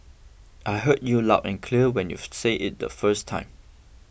I heard you loud and clear when you said it the first time